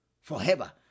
forever